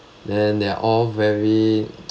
then they're all very